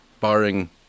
barring